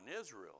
Israel